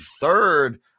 third